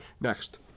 Next